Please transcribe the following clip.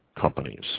companies